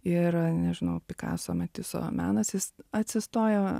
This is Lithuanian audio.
ir nežinau pikaso matiso menas jis atsistojo